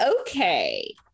okay